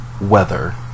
weather